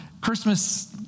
Christmas